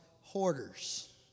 Hoarders